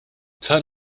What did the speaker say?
turn